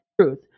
truth